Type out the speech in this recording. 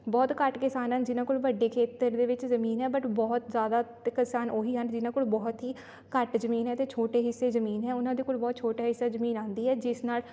ਬਹੁਤ ਘੱਟ ਕਿਸਾਨ ਹਨ ਜਿਹਨਾਂ ਕੋਲ ਵੱਡੇ ਖੇਤਰ ਦੇ ਵਿੱਚ ਜ਼ਮੀਨ ਹੈ ਬਟ ਬਹੁਤ ਜ਼ਿਆਦਾ ਕਿਸਾਨ ਉਹੀ ਆ ਜਿਹਨਾਂ ਕੋਲ ਬਹੁਤ ਹੀ ਘੱਟ ਜ਼ਮੀਨ ਹੈ ਅਤੇ ਛੋਟੇ ਹਿੱਸੇ ਜ਼ਮੀਨ ਆ ਉਹਨਾਂ ਦੇ ਕੋਲ ਬਹੁਤ ਛੋਟਾ ਹਿੱਸਾ ਜ਼ਮੀਨ ਆਉਂਦੀ ਹੈ ਜਿਸ ਨਾਲ